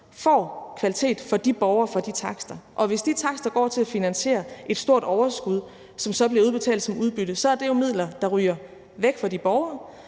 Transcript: får kvalitet til de borgere for de takster. Hvis de takster går til at finansiere et stort overskud, som så bliver udbetalt som udbytte, så er det jo midler, der ryger væk fra de borgere.